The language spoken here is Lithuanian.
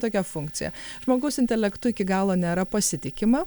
tokią funkciją žmogaus intelektu iki galo nėra pasitikima